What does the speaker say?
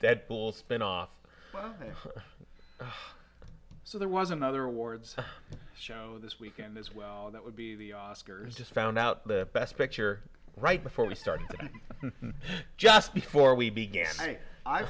origins spin off so there was another awards show this weekend as well that would be the oscars just found out the best picture right before we started just before we began